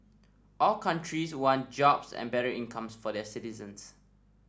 all countries want jobs and better incomes for the citizens